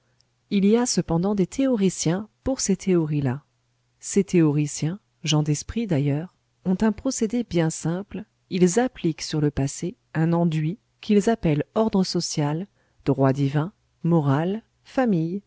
il y a cependant des théoriciens pour ces théories là ces théoriciens gens d'esprit d'ailleurs ont un procédé bien simple ils appliquent sur le passé un enduit qu'ils appellent ordre social droit divin morale famille